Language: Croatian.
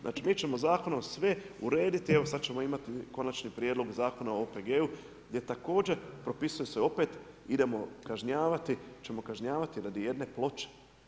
Znači mi ćemo zakonom sve urediti, evo sad ćemo imati Konačni prijedlog Zakona o OPG-u gdje također propisuje se opet idemo kažnjavati, da ćemo kažnjavati radi jedne ploče.